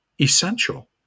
essential